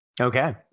okay